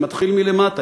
זה מתחיל מלמטה.